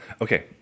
okay